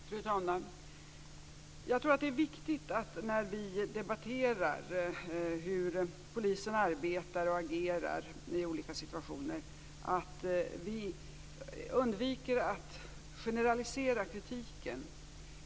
Fru talman! Jag tror att det är viktigt att vi, när vi debatterar hur polisen arbetar och agerar i olika situationer, undviker att generalisera kritiken.